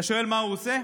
אתה שואל מה הוא עושה?